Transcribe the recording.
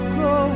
go